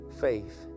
faith